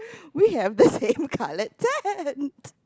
we have the same colored tent